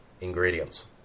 ingredients